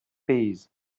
pezh